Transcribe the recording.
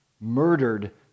murdered